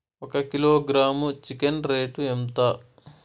ఒక kilogram chicken rate ఎంత?